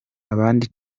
abandi